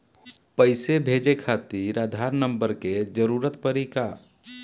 पैसे भेजे खातिर आधार नंबर के जरूरत पड़ी का?